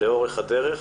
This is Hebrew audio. לאורך הדרך.